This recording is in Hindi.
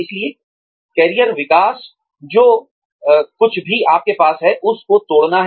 इसलिए करियर विकास जो कुछ भी आपके पास है उस को जोड़ना है